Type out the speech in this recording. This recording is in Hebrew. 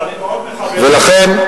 ולכן,